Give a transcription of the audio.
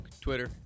Twitter